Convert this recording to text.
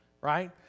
right